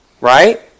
Right